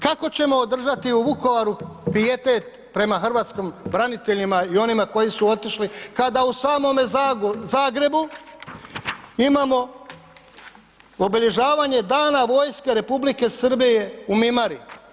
Kako ćemo održati Vukovaru pijetet prema hrvatskim braniteljima i onima koji su otišli kada u samome Zagrebu imamo obilježavanja Dana vojske Republike Srbije u Mimari.